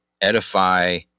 edify